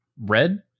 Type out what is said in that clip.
Red